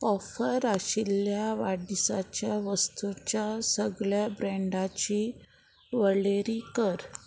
offer आशिल्ल्या वाडदिसाच्या वस्तूच्या सगळ्या ब्रँडाची वळेरी कर